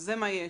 אז זה מה יש.